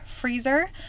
freezer